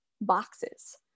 boxes